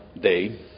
day